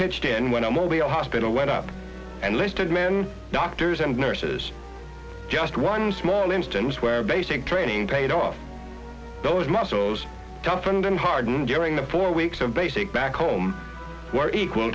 pitched in when i'm only a hospital went up and listed men doctors and nurses just one small instance where basic training paid off those muscles toughened and hardened during the four weeks of basic back home were equal